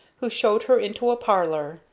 who showed her into a parlor,